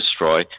destroy